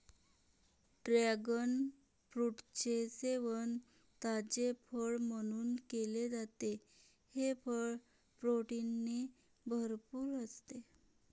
dragon फ्रूटचे सेवन ताजे फळ म्हणून केले जाते, हे फळ प्रोटीनने भरपूर असते